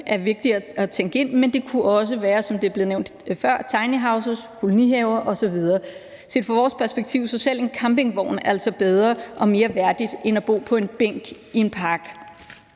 er vigtigt at tænke ind, men det kunne også være, som det er blevet nævnt før, tiny houses, kolonihaver osv. Set fra vores perspektiv er selv en campingvogn altså bedre og mere værdigt end at bo på en bænk i en park.